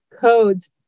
codes